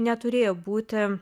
neturėjo būti